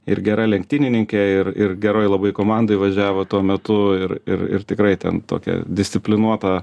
ir gera lenktynininkė ir ir geroj labai komandoj važiavo tuo metu ir ir ir tikrai ten tokia disciplinuota